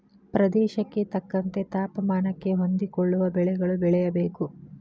ಪ್ರದೇಶಕ್ಕೆ ತಕ್ಕಂತೆ ತಾಪಮಾನಕ್ಕೆ ಹೊಂದಿಕೊಳ್ಳುವ ಬೆಳೆಗಳು ಬೆಳೆಯಬೇಕು